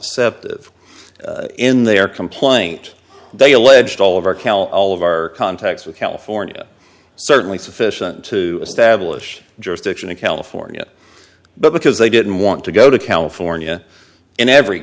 deceptive in their complaint they alleged all of our cal all of our contacts with california certainly sufficient to establish jurisdiction in california but because they didn't want to go to california in every